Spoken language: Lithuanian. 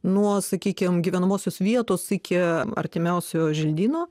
nuo sakykim gyvenamosios vietos iki artimiausio želdyno